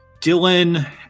Dylan